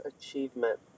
achievement